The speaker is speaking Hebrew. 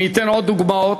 אני אתן עוד דוגמאות,